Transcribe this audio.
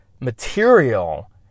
material